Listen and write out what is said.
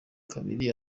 kabiri